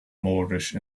moorish